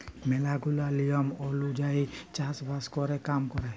ম্যালা গুলা লিয়ম ওলুজায়ই চাষ বাস ক্যরে কাম ক্যরে